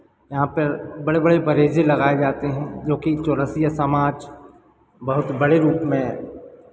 यहाँ पर बड़े बड़े बरेज़े लगाए जाते हैं जोकि चौरसिया समाज बहुत बड़े रूप में